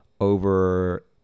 over